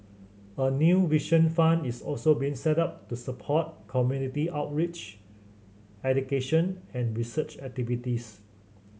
a new Vision Fund is also being set up to support community outreach education and research activities